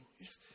Yes